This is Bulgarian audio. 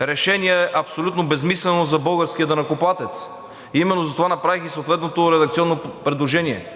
решения е абсолютно безсмислено за българския данъкоплатец и именно затова направих съответното редакционно предложение.